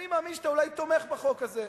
אני מאמין שאתה אולי תומך בחוק הזה,